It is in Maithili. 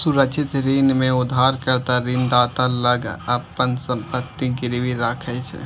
सुरक्षित ऋण मे उधारकर्ता ऋणदाता लग अपन संपत्ति गिरवी राखै छै